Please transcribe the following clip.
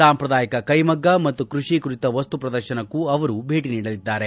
ಸಾಂಪ್ರದಾಯಿಕ ಕೈಮಗ್ಗ ಮತ್ತು ಕೃಷಿ ಕುರಿತ ವಸ್ತು ಪ್ರದರ್ಶನಕ್ನೂ ಅವರು ಭೇಟಿ ನೀಡಲಿದ್ದಾರೆ